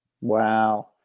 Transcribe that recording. Wow